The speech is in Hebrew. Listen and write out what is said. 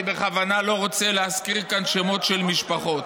אני בכוונה לא רוצה להזכיר כאן שמות של משפחות.